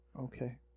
Okay